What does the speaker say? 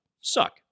Suck